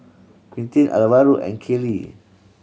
Quinten Alvaro and Kaylie